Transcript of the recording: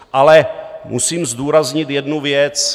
Ale musím zdůraznit jednu věc.